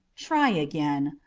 try again.